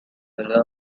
allow